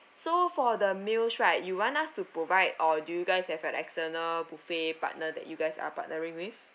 so for the meals right you want us to provide or do you guys have an external buffet partner that you guys are partnering with